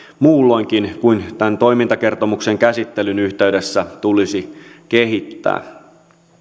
muulloinkin kuin tämän toimintakertomuksen käsittelyn yhteydessä tulisi kehittää